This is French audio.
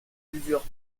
plusieurs